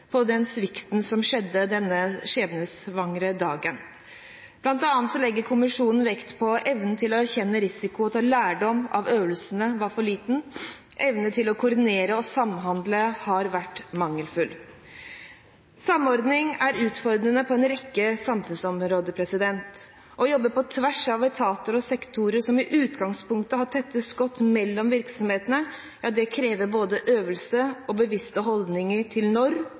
den svikten som skjedde denne skjebnesvangre dagen. Blant annet legger kommisjonen vekt på at evnen til å erkjenne risiko og ta lærdom av øvelser var for liten, og at evnen til å koordinere og samhandle har vært mangelfull. Samordning er utfordrende på en rekke samfunnsområder. Å jobbe på tvers av etater og sektorer som i utgangspunktet har tette skott mellom virksomhetene, krever både øvelse og bevisste holdninger til